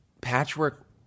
Patchwork